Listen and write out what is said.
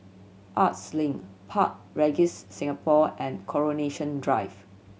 Arts Link Park Regis Singapore and Coronation Drive